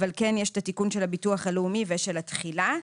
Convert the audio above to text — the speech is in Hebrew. אבל כן יש את התיקון של הביטוח הלאומי ושל התחילה.